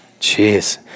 Jeez